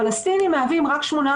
פלסטינים מהווים רק 8%,